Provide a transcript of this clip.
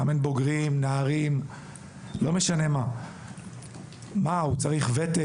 הוא צריך ותק?